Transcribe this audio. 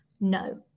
no